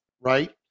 right